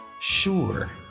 sure